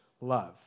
love